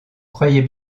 croyez